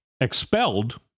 expelled